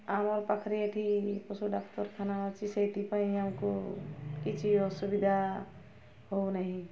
ଆମର ପାଖରେ ଏଇଠି ପଶୁ ଡାକ୍ତରଖାନା ଅଛି ସେଥିପାଇଁ ଆମକୁ କିଛି ଅସୁବିଧା ହେଉନାହିଁ